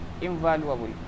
invaluable